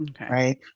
right